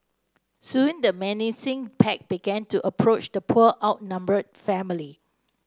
soon the menacing pack began to approach the poor outnumbered family